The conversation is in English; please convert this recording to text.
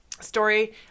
story